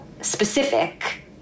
specific